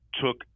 took